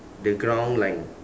the ground line